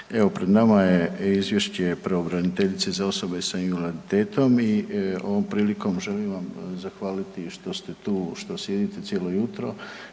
Evo, pred nama je izvješće pravobraniteljice za osobe s invaliditetom i ovo prilikom želim vam zahvaliti što ste tu, što sjedite cijelo jutro,